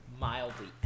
mildly